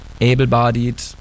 able-bodied